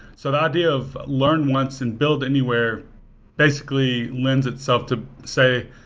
so the idea of learn once and build anywhere basically lends itself to say,